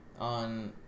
On